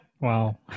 Wow